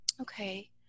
Okay